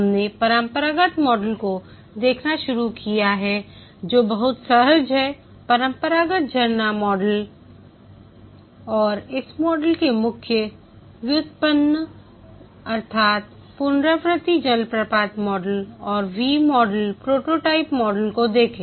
हमने परंपरागत मॉडल को देखना शुरू किया है जो बहुत सहज है परंपरागत झरना मॉडल और इस मॉडल के मुख्य व्युत्पन्न अर्थात् पुनरावर्ती जलप्रपात मॉडल और V मॉडल प्रोटोटाइप मॉडल को देखें